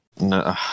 No